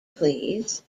please